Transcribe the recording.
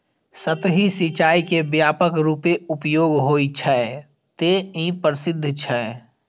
सतही सिंचाइ के व्यापक रूपें उपयोग होइ छै, तें ई प्रसिद्ध छै